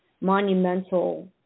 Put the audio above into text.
monumental